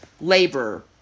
labor